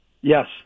yes